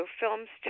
films